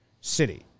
City